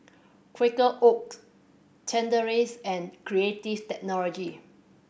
Quaker Oats Chateraise and Creative Technology